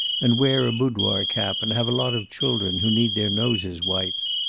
and wear a boudoir cap, and have a lot of children who need their noses wiped.